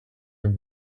him